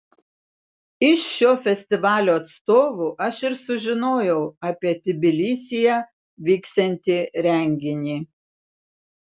iš šio festivalio atstovų aš ir sužinojau apie tbilisyje vyksiantį renginį